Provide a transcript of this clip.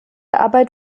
arbeit